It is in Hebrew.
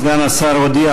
תודה, אדוני סגן שר האוצר.